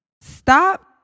Stop